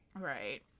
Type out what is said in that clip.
Right